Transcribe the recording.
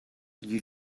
you